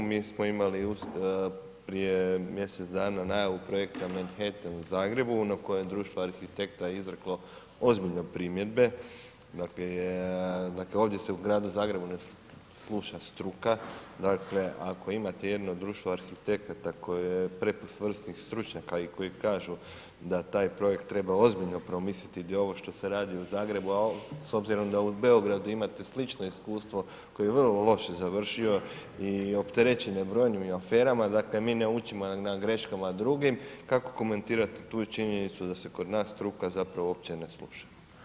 Mi smo imali prije mjesec dana najavu projekta Manhattan u Zagrebu, na kojem društvo arhitekta izreklo ozbiljno primjedbe, dakle ovdje se u Gradu Zagrebu ne sluša struka, dakle, ako imate jedno društvo arhitekata koje ... vrsnih stručnjaka i koji kažu da taj projekt treba ozbiljno promisliti, gdje ovo što se radi u Zagrebu, a s obzirom da u Beogradu imate slično iskustvo koje je vrlo loše završilo, i opterećen je brojnim i aferama, dakle, mi ne učimo na greškama drugih, kako komentirate tu činjenicu da se kod nas struka zapravo opće ne sluša.